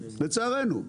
לצערנו.